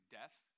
death